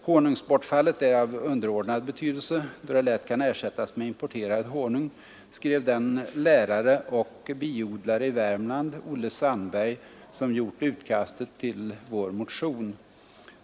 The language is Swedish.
”Honungsbortfallet är av underordnad betydelse, då det lätt kan ersättas med importerad honung”, skrev den lärare och biodlare i Värmland, Olle Sandberg, som gjort utkastet till vår motion.